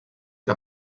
que